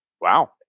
Wow